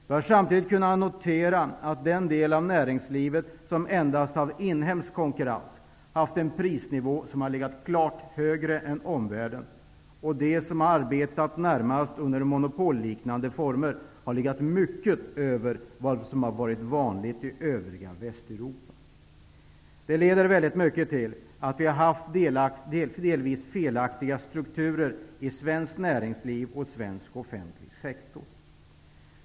Vi har samtidigt kunnat notera att den del av näringslivet som endast haft inhemsk konkurrens haft en prisnivå som har legat klart högre än i omvärlden, och de som har arbetat närmast under monopolliknande former har legat mycket över vad som har varit vanligt i övriga Det har lett till att vi har haft delvis felaktiga strukturer i svenskt näringsliv och svensk offentlig sektor.